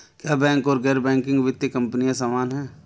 क्या बैंक और गैर बैंकिंग वित्तीय कंपनियां समान हैं?